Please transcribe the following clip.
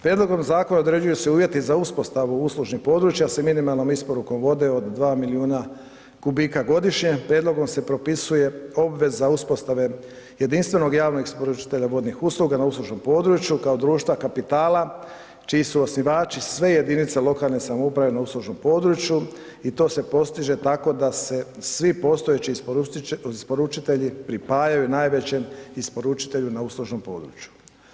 Prijedlogom zakona određuju se uvjeti za uspostavu uslužnih područja s minimalnom isporukom vode od dva milijuna kubika godišnje, prijedlogom se propisuje obveza uspostave jedinstvenog javnog isporučitelja vodnih usluga na uslužnom području kao društva kapitala čiji su osnivači sve jedinice lokalne samouprave na uslužnom području i to se postiže tako da se svi postojeći isporučitelji pripajaju najvećem isporučitelju na uslužnom području.